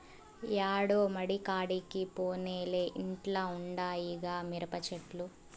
యాడో మడికాడికి పోనేలే ఇంట్ల ఉండాయిగా మిరపచెట్లు